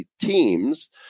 teams